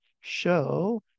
show